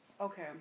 okay